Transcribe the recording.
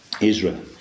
Israel